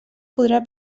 podrà